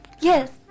Yes